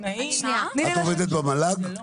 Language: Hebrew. תני לי לסיים את המשפט.